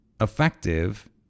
effective